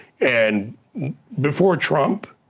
and before trump,